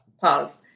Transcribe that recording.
pause